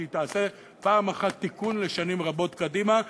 שהיא תעשה פעם אחת תיקון לשנים רבות קדימה,